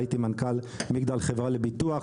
הייתי מנכ"ל מגדל חברה לביטוח,